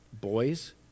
boys